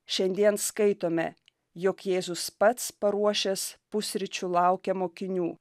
šiandien skaitome jog jėzus pats paruošęs pusryčių laukia mokinių